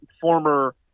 former